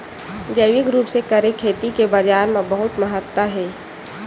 जैविक रूप से करे खेती के बाजार मा बहुत महत्ता हे